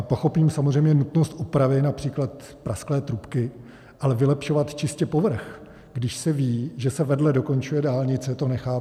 Pochopím samozřejmě nutnost opravy například prasklé trubky, ale vylepšovat čistě povrch, když se ví, že se vedle dokončuje dálnice, to nechápu.